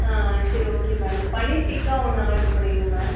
ஆ சரி okay madam paneer tikka ஒன்று order பண்ணிடுங்க மேம்